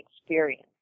experience